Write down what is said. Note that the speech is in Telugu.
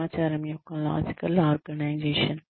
సమాచారం యొక్క లాజికల్ ఆర్గనైజేషన్